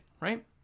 right